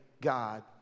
God